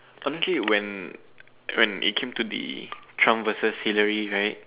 something when when it came to the Trump vs Hillary right